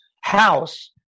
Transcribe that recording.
house